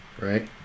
Right